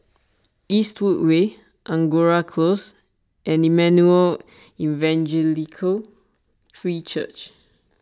Eastwood Way Angora Close and Emmanuel Evangelical Free Church